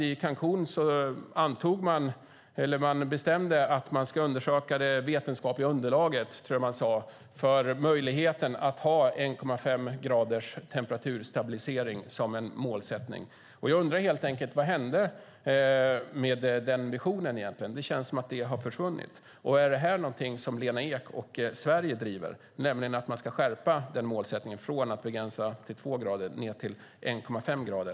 I Cancún bestämde man att man ska undersöka det vetenskapliga underlaget - tror jag att man sade - för möjligheten att ha 1,5 graders temperaturstabilisering som en målsättning. Jag undrar helt enkelt vad som hände med den visionen. Det känns som att den har försvunnit. Är detta någonting som Lena Ek och Sverige driver, att man ska skärpa den målsättningen från två grader ned till 1,5 grader?